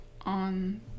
on